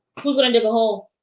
who's gonna dig a hole?